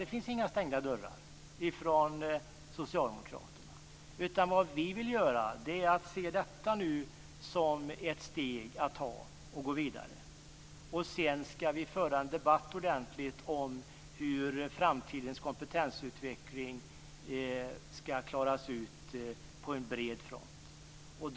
Det finns inga stängda dörrar för socialdemokraternas del. Det vi vill göra är att se detta som ett steg att ta för att gå vidare. Sedan skall vi föra en ordentlig debatt om hur framtidens kompetensutveckling skall klaras ut på bred front.